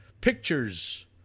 pictures